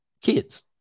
kids